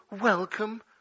welcome